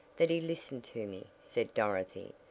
that he listened to me, said dorothy,